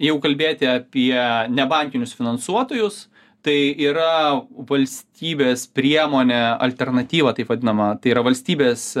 jau kalbėti apie nebankinius finansuotojus tai yra valstybės priemonė alternatyva taip vadinama tai yra valstybės